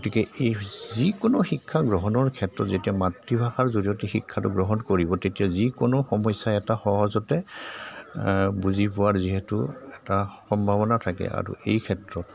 গতিকে এই যিকোনো শিক্ষা গ্ৰহণৰ ক্ষেত্ৰত যেতিয়া মাতৃভাষাৰ জৰিয়তে শিক্ষাটো গ্ৰহণ কৰিব তেতিয়া যিকোনো সমস্যা এটা সহজতে বুজি পোৱাৰ যিহেতু এটা সম্ভাৱনা থাকে আৰু এই ক্ষেত্ৰত